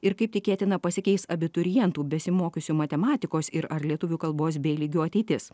ir kaip tikėtina pasikeis abiturientų besimokiusių matematikos ir ar lietuvių kalbos b lygiu ateitis